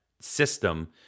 system